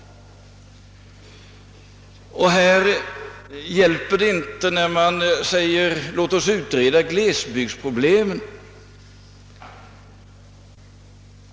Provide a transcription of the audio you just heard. Här hjälper det inte att säga: Låt oss utreda glesbygdsproblemen!